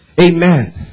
Amen